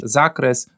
zakres